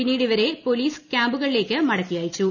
പിന്നീട് ഇവരെ പോലീസ് ക്യാമ്പുകളിലേയ്ക്ക് മടക്കി അയച്ചു